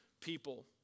people